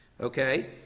Okay